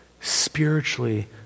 spiritually